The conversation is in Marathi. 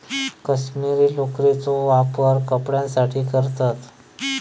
कश्मीरी लोकरेचो वापर कपड्यांसाठी करतत